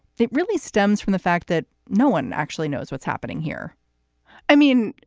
it really stems from the fact that no one actually knows what's happening here i mean,